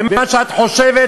ומה שאת חושבת,